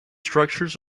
structures